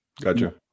Gotcha